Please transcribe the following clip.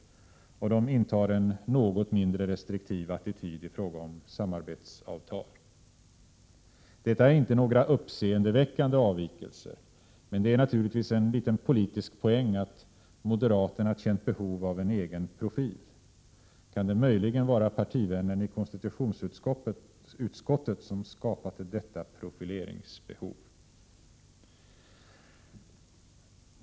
Dessutom intar de en något mindre restriktiv attityd i fråga om samarbetsavtal. Detta är inte några uppseendeväckande avvikelser. Men det är naturligtvis i viss mån en politisk poäng att moderaterna känt ett behov av att visa en egen profil. Kan det möjligen vara partivännen i konstitutionsutskottet som har skapat detta profileringsbehov?